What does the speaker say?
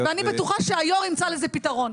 היות --- ואני בטוחה שהיושב-ראש ימצא לזה פתרון.